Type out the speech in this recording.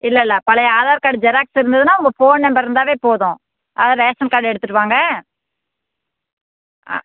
இல்லயில்ல பழைய Aadhaar card xerox இருந்துதுன்னால் உங்கள் ஃபோன் நம்பர் இருந்தாவே போதும் அதுதான் ரேஷன் கார்ட் எடுத்துகிட்டு வாங்க ஆ